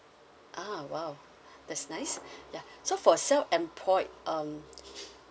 ah !wow! that's nice ya so for self-employed um